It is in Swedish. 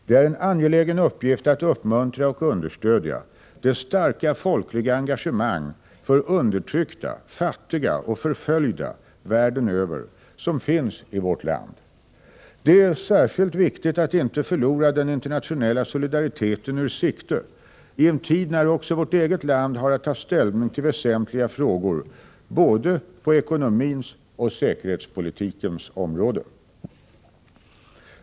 Det är en angelägen uppgift att uppmuntra och understödja det starka folkliga engagemang för undertryckta, fattiga och förföljda världen över som finns i vårt land. Det är särskilt viktigt att inte förlora den internationella solidariteten ur sikte i en tid när också vårt eget land har att ta ställning till väsentliga frågor både på ekonomins och säkerhetspolitikens område.